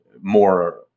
more